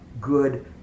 good